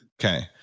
Okay